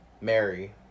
Mary